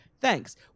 Thanks